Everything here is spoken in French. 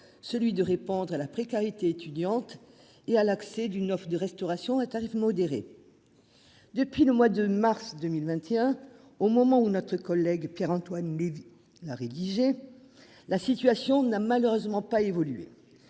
celui de répondre à la précarité étudiante et à l'accès d'une offre de restauration et tarif modéré. Depuis le mois de mars 2021, au moment où notre collègue Pierre-Antoine Levi la rédiger. La situation n'a malheureusement pas évoluer.